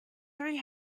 three